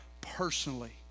personally